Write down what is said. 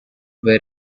wear